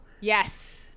Yes